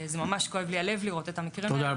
זה ממש כואב לי הלב לראות את המקרים האלה,